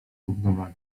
równowagi